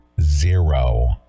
zero